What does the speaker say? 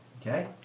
Okay